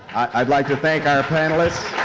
i'd like to thank our panelists.